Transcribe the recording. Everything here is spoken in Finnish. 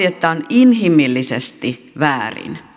että on inhimillisesti väärin